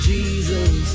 Jesus